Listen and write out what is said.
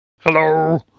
Hello